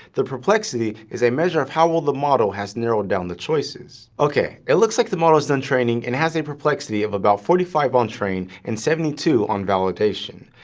the perplexity is a measure of how well the model has narrowed down the choices. okay, it looks like the model is done training and has a perplexity of about forty five on train and seventy two on validation,